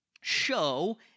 show